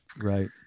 Right